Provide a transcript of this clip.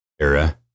era